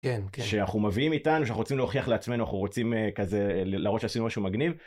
כן שאנחנו מביאים איתנו שאנחנו רוצים להוכיח לעצמנו אנחנו רוצים כזה להראות שעשינו משהו מגניב.